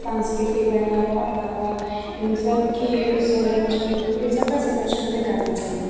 सांस्कृतिक पहेनावा ओढ़ावा इन सबकी संरक्षण इन सबका संरक्षण हमें करना चाहिए